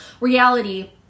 reality